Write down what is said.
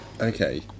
Okay